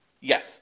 Yes